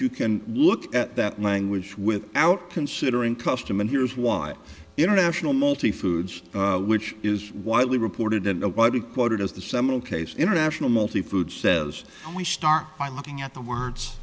you can look at that language without considering custom and here's why international multi foods which is widely reported and nobody quoted as the seminal case international multi food says we start by looking at the